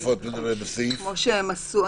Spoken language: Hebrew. צריך לוודא בנוסח שזה